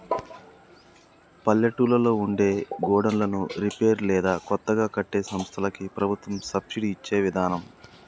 పల్లెటూళ్లలో ఉండే గోడన్లను రిపేర్ లేదా కొత్తగా కట్టే సంస్థలకి ప్రభుత్వం సబ్సిడి ఇచ్చే విదానం